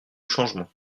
changement